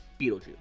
Beetlejuice